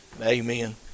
amen